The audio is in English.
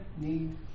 need